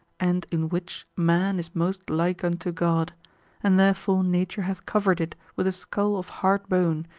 and in which man is most like unto god and therefore nature hath covered it with a skull of hard bone,